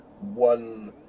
one